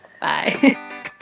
Bye